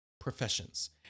professions